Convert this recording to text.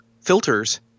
filters